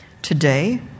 Today